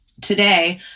Today